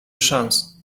szans